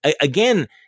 again